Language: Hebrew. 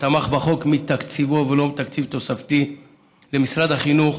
שתמך בחוק מתקציבו ולא מתקציב תוספתי במשרד החינוך,